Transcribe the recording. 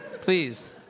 Please